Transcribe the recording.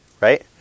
right